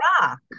rock